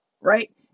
right